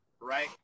right